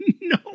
No